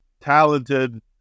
talented